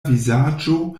vizaĝo